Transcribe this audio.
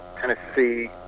Tennessee